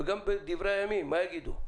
וגם בדברי הימים, מה יגידו?